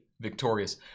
victorious